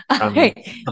Okay